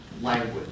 language